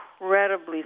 incredibly